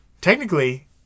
technically